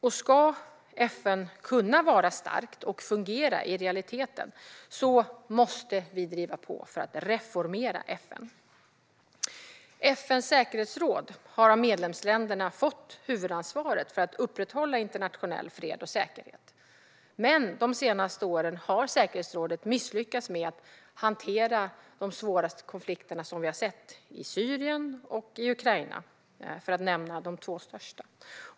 Om FN ska kunna vara starkt och fungera i realiteten måste vi driva på för att reformera FN. FN:s säkerhetsråd har av medlemsländerna fått huvudansvaret för att upprätthålla internationell fred och säkerhet. Men de senaste åren har säkerhetsrådet misslyckats med att hantera de svåraste konflikterna vi har sett; de två största gäller Syrien och Ukraina.